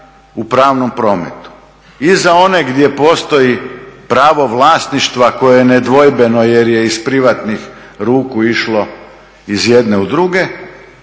u pravnom prometu. I za one gdje postoji pravo vlasništva koje je nedvojbeno jer je iz privatnih ruku išlo iz jedne u druge,